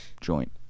joint